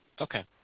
Okay